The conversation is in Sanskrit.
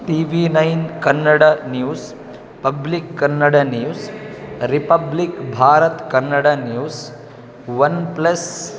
T V nine Kannada news public Kannada news republic भारतं कन्नड न्यूस् वन् प्लस्